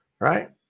right